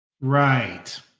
Right